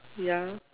ya